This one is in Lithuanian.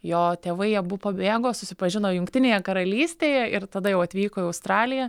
jo tėvai abu pabėgo susipažino jungtinėje karalystėje ir tada jau atvyko į australiją